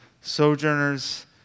sojourners